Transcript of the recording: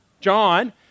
John